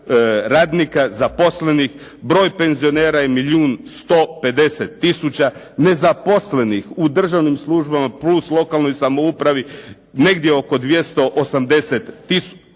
radnika zaposlenih, broj penzionera je milijun 150 tisuća. Nezaposlenih u državnim službama plus lokalnoj samoupravi negdje oko 280,